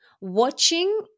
watching